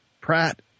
Pratt